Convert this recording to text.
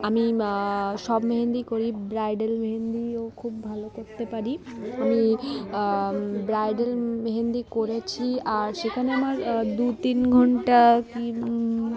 আমি সব মেহেন্দি করি ব্রাইডাল মেহেন্দিও খুব ভালো করতে পারি আমি ব্রাইডাল মেহেন্দি করেছি আর সেখানে আমার দু তিন ঘণ্টা কি